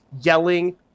yelling